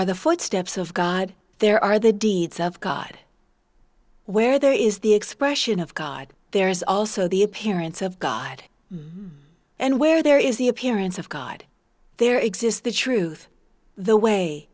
are the footsteps of god there are the deeds of god where there is the expression of god there is also the appearance of god and where there is the appearance of god there exists the truth the way